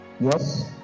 yes